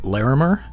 Larimer